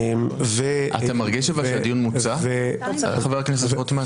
אתה מרגיש שהדיון מוצה, חבר הכנסת רוטמן?